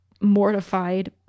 mortified